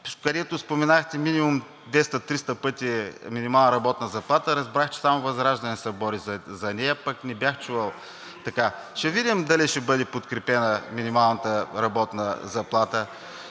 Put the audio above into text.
където споменахте минимум 200 – 300 пъти „минимална работна заплата“, разбрах, че само ВЪЗРАЖДАНЕ се бори за нея, а не го бях чувал. Ще видим дали ще бъде подкрепена минималната работна заплата.